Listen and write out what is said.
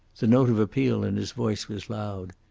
the note of appeal in his voice was loud.